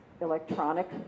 electronic